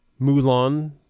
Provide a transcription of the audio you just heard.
Mulan